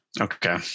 Okay